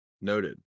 Noted